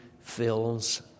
fills